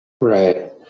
Right